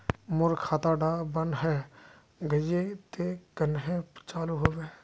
मोर खाता डा बन है गहिये ते कन्हे चालू हैबे?